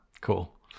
Cool